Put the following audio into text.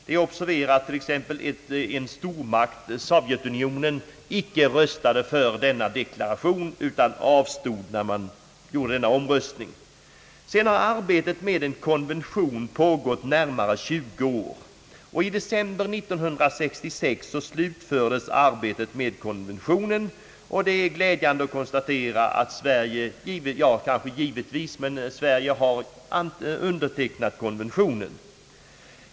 Det är att observera att en stormakt — Sovjetunionen — icke röstade för denna deklaration utan avstod vid omröstningen. Sedan dess har arbetet med en konvention pågått i närmare 20 år. I december 1966 slutfördes arbetet med konventionen. Det är glädjande att konstatera att Sverige — givetvis — har undertecknat konventionen.